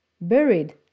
buried